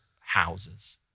houses